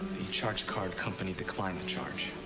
the charge card company declined the charge.